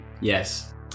Yes